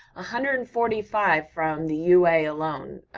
hundred and forty five from the ua alone,